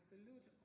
salute